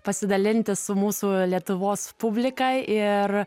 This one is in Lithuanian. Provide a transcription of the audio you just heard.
pasidalinti su mūsų lietuvos publika ir